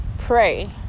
Pray